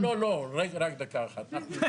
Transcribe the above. לא, לא, רק דקה אחת.